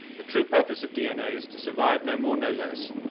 the true purpose of dna is to survive, no more no less.